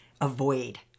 avoid